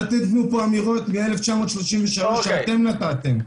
אל תתנו פה אמירות מ-1933, אתם נתתם.